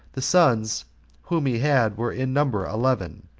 the sons whom he had were in number eleven,